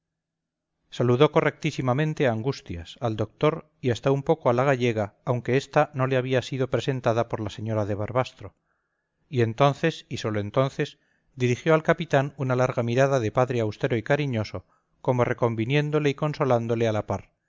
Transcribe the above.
saludó correctísimamente a angustias al doctor y hasta un poco a la gallega aunque ésta no le había sido presentada por la señora de barbastro y entonces y sólo entonces dirigió al capitán una larga mirada de padre austero y cariñoso como reconviniéndole y consolándole a la par